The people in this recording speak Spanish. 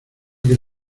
que